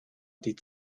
die